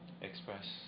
express